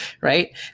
right